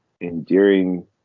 endearing